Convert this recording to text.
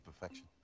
perfection